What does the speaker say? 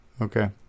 Okay